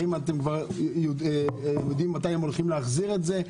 האם אתם כבר יודעים מתי הם מתכוונים להחזיר את זה,